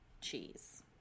cheese